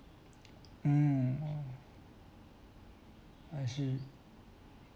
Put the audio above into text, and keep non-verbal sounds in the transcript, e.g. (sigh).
(noise) mm I see